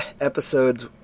episode's